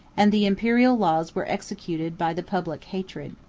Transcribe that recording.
and the imperial laws were executed by the public hatred.